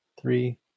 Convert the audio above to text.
three